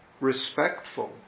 respectful